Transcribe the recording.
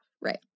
Right